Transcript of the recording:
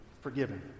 forgiven